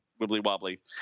wibbly-wobbly